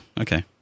okay